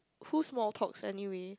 cool small talks anyway